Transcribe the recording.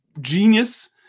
genius